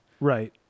Right